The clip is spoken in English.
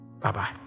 bye-bye